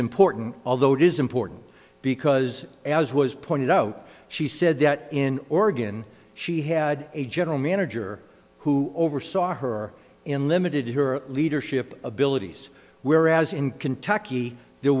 important although it is important because as was pointed out she said that in oregon she had a general manager or who oversaw her in limited her leadership abilities whereas in kentucky there